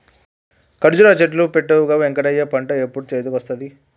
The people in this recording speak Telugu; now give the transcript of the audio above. కర్జురా చెట్లు పెట్టవుగా వెంకటయ్య పంట ఎప్పుడు చేతికొస్తది